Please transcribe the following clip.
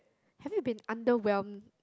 have you been underwhelmed